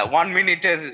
one-minute